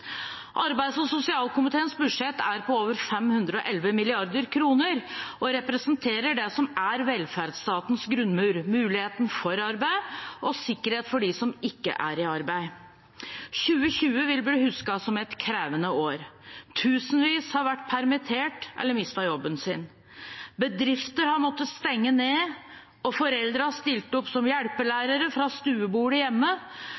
Arbeids- og sosialkomiteens budsjett er på over 511 mrd. kr og representerer det som er velferdsstatens grunnmur: muligheten for arbeid og sikkerhet for dem som ikke er i arbeid. 2020 vil bli husket som et krevende år. Tusenvis har vært permittert eller har mistet jobben sin. Bedrifter har måttet stenge ned, og foreldre har stilt opp som hjelpelærere fra stuebordet hjemme